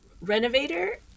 Renovator